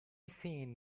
seen